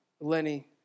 Lenny